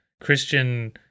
Christian